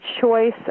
choice